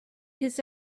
his